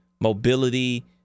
mobility